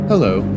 Hello